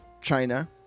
China